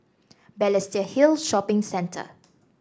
Balestier Hill Shopping Centre